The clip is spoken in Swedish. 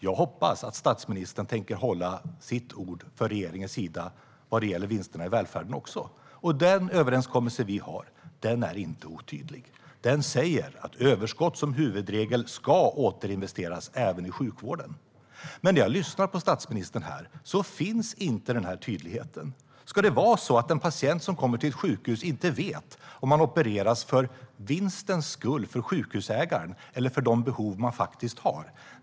Jag hoppas att statsministern tänker hålla sitt ord från regeringens sida även vad gäller vinsterna i välfärden, och den överenskommelse vi har är inte otydlig. Den säger att överskott som huvudregel ska återinvesteras även i sjukvården. När jag lyssnar på statsministern här finns dock inte den tydligheten. Ska det vara så att en patient som kommer till ett sjukhus inte vet om man opereras för vinstens skull, för sjukhusägaren, eller för de behov man faktiskt har?